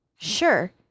Sure